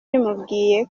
bimubwiye